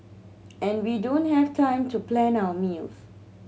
and we don't have time to plan our meals